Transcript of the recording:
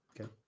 Okay